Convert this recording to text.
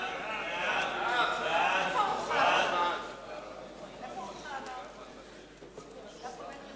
הצעת הסיכום שהביא חבר הכנסת